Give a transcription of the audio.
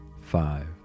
five